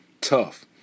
tough